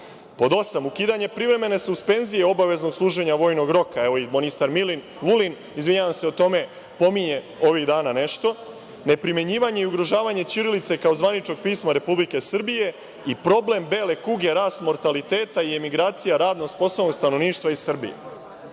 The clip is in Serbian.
osam – ukidanje privremene suspenzije obaveznog služenja vojnog roka, evo, i ministar Vulin o tome pominje ovih dana nešto. Dalje – neprimenjivanje i ugrožavanje ćirilice kao zvaničnog pisma Republike Srbije i problem bele kuge, rast mortaliteta i emigracija radno sposobnog stanovništva iz Srbije.